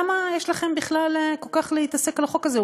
למה לכם בכלל כל כך להתעסק בחוק הזה,